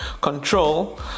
control